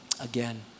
again